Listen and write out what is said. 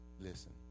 Listen